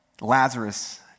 Lazarus